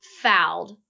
fouled